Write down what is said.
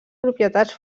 propietats